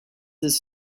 this